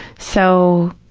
so